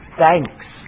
thanks